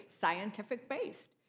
scientific-based